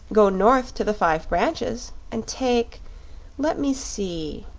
go north to the five branches, and take let me see